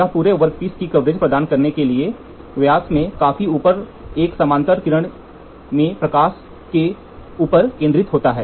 यह पूरे वर्कपीस की कवरेज प्रदान करने के लिए व्यास में काफी ऊपर एक समानांतर किरण में प्रकाश के ऊपर केंद्रित होता है